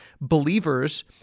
believers